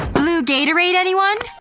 blue gatorade, anyone?